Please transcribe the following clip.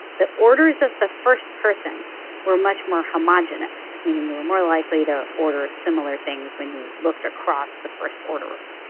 the orders of the first person were much more homogenous, meaning they were more likely to order similar things when you looked across the first orderers.